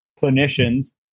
clinicians